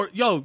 yo